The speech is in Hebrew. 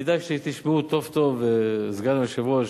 כדאי שתשמעו טוב טוב, סגן היושב-ראש,